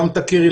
גם תכירי,